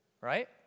right